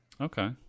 Okay